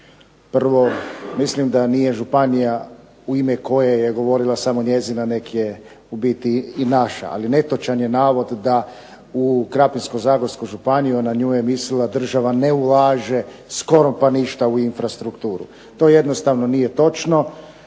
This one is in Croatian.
prvo mislim da nije županija u ime koje je govorila samo njezina nego je u biti i naša. Ali netočan je navod da u Krapinsko-zagorsku županiju na nju je mislila država ne ulaže skoro pa ništa u infrastrukturu. To jednostavno nije točno,